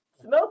smoke